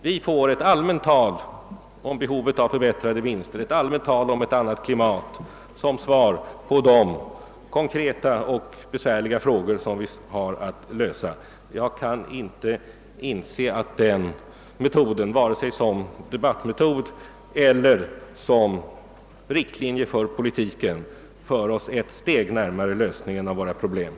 Vi får höra ett allmänt tal om behovet av förbättrade vinster och ett annat ekonomiskt klimat som lösning på de besvärliga konkreta frågor vi har att klara av. Jag kan inte inse att den metoden, vare sig som debatteknik eller som riktlinje för politiken, för oss ett steg närmare lösningen av wvåra problem.